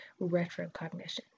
retrocognition